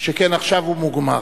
שכן עכשיו הוא מוגמר.